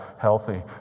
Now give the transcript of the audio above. healthy